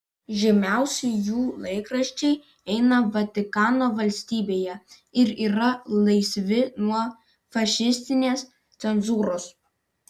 žymiausi jų laikraščiai eina vatikano valstybėje ir yra laisvi nuo fašistinės cenzūros